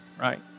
right